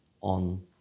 on